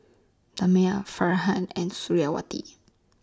Damia Farhan and Suriawati